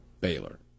Baylor